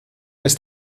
ist